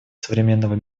современного